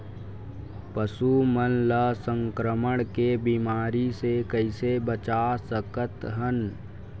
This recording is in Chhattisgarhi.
पशु मन ला संक्रमण के बीमारी से कइसे बचा सकथन?